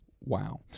Wow